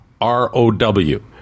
R-O-W